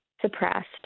Suppressed